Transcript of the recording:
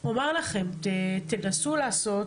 אומר לכם, תנסו לעשות